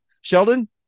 Sheldon